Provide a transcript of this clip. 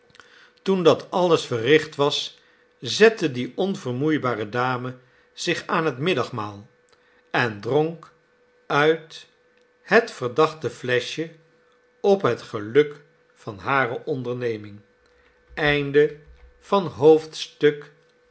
toen dat alles verricht was zette die onvermoeibare dame zich aan het middagmaal en dronk uit het verdachte fleschje op het geluk van hare onderneming xxix